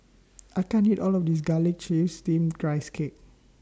I can't eat All of This Garlic Chives Steamed Rice Cake